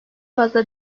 fazla